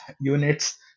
units